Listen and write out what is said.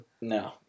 No